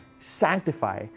sanctify